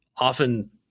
often